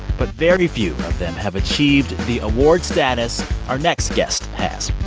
but very few of them have achieved the award status our next guest has.